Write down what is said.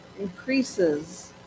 increases